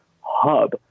hub